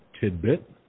tidbit